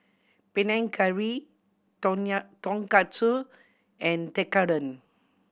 Panang Curry Tonkatsu and Tekkadon